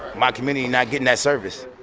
my community not getting that service